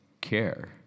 care